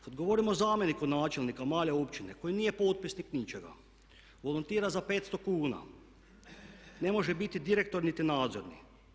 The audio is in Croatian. Kad govorimo o zamjeniku načelnika male općine koji nije potpisnik ničega volontira za 500 kuna, ne može biti direktor niti nadzorni.